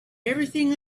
everything